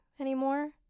anymore